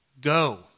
go